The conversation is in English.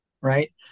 right